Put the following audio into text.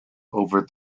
over